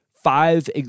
Five